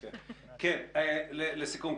לסיכום.